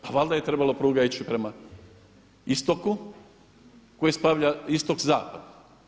Pa valjda je trebala pruga ići prema istoku koji spaja istok-zapad.